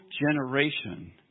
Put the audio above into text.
generation